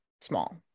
small